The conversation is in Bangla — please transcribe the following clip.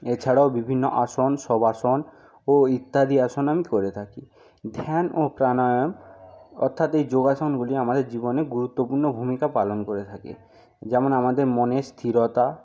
এছাড়াও বিভিন্ন আসন শবাসন ও ইত্যাদি আসন আমি করে থাকি ধ্যান ও প্রাণায়াম অর্থাৎ এই যোগাসনগুলি আমাদের জীবনে গুরুত্বপূর্ণ ভূমিকা পালন করে থাকে যেমন আমাদের মনের স্থিরতা